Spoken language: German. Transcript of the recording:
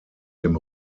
dem